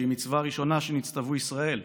שהיא מצווה ראשונה שנצטוו ישראל.